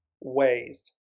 ways